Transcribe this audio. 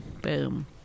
Boom